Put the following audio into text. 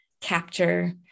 capture